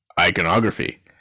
iconography